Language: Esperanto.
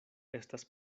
estas